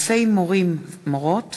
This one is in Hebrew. אלפי מורים ומורות